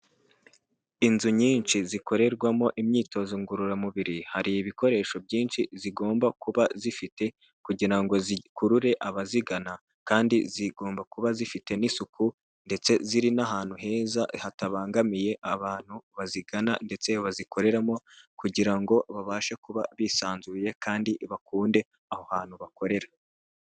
Inzu nyinshi zikorerwamo imyitozo ngororamubiri, hari ibikoresho byinshi zigomba kuba zifite kugira ngo zikurure abazigana kandi zigomba kuba zifite n'isuku ndetse ziri n'ahantu heza hatabangamiye abantu bazigana ndetse bazikoreramo kugira ngo babashe kuba bisanzuye kandi bakunde aho hantu bakorera.